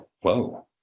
whoa